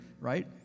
right